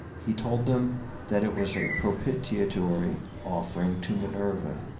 he told them that it was a propitiatory offering to minerva,